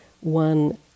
one